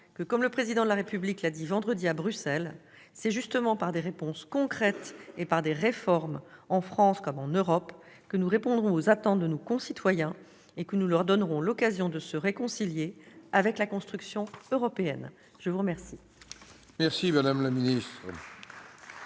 que, comme le Président de la République l'a dit vendredi à Bruxelles, c'est justement par des réponses concrètes et par des réformes, en France comme en Europe, que nous répondrons aux attentes de nos concitoyens et que nous leur donnerons l'occasion de se réconcilier avec la construction européenne. La parole